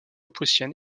prussienne